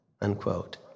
unquote